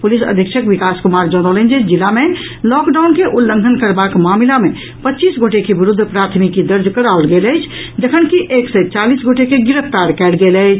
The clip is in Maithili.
पुलिस अधीक्षक विकास कुमार जनौलनि जे जिला मे लॉकडाउन के उल्लंघन करबाक मामिला मे पच्चीस गोटे के विरूद्ध प्राथमिकी दर्ज कराओल गेल अछि जखन कि एक सय चालीस गोटे के गिरफ्तार कयल गेल अछि